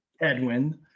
Edwin